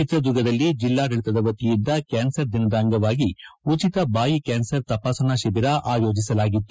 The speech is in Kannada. ಚಿತ್ರದುರ್ಗದಲ್ಲಿ ಜಿಲ್ಲಾಡಳಿತದ ವತಿಯಿಂದ ಕ್ಷಾನರ್ ದಿನದ ಅಂಗವಾಗಿ ಉಚಿತ ಬಾಯಿ ಕ್ಷಾನರ್ ತಪಾಸಣಾ ಶಿಬಿರ ಆಯೋಜಿಸಲಾಗಿತ್ತು